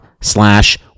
slash